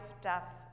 death